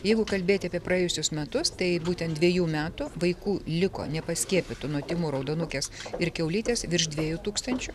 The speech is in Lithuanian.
jeigu kalbėti apie praėjusius metus tai būtent dvejų metų vaikų liko nepaskiepytų nuo tymų raudonukės ir kiaulytės virš dviejų tūkstančių